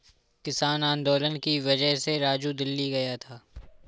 किसान आंदोलन की वजह से राजू दिल्ली गया था